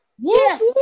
yes